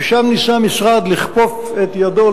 ששם ניסה המשרד לכפוף את ידו,